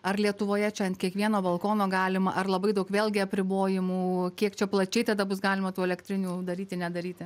ar lietuvoje čia ant kiekvieno balkono galima ar labai daug vėlgi apribojimų kiek čia plačiai tada bus galima tų elektrinių daryti nedaryti